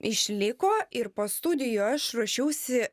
išliko ir po studijų aš ruošiausi